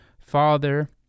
father